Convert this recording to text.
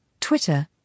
Twitter